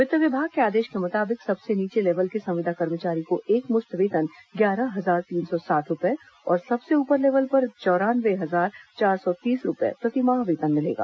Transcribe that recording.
वित्त विभाग के आदेश के मुताबिक सबसे नीचे लेवल के संविदा कर्मचारी को एकमुश्त वेतन ग्यारह हजार तीन सौ साठ रूपये और सबसे ऊपर लेवल पर चौरानवे हजार चार सौ तीस रूपये प्रतिमाह वेतन मिलेगा